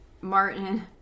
Martin